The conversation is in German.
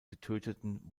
getöteten